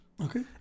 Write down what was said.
Okay